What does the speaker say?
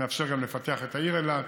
זה מאפשר גם לפתח את העיר אילת,